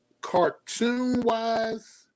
Cartoon-wise